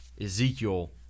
Ezekiel